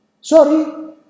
Sorry